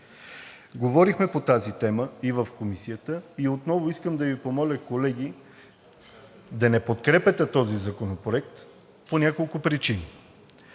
Говорихме по тази тема и в Комисията и отново искам да Ви помоля, колеги, да не подкрепяте този законопроект по няколко причини.